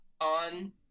on